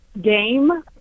game